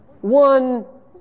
one